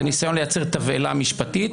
זה ניסיון לייצר תבהלה משפטית.